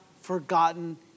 forgotten